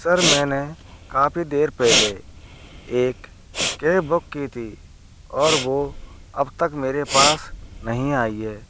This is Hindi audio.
सर मैने काफी देर पहले एक कैब बुक की थी और वो अब तक मेरे पास नहीं आई है